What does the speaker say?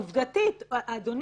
עובדתית, אדוני,